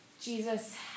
Jesus